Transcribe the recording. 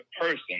person